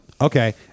Okay